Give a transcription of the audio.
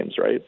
right